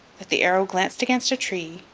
that the arrow glanced against a tree,